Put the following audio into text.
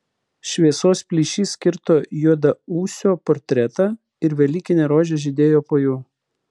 šviesos plyšys kirto juodaūsio portretą ir velykinė rožė žydėjo po juo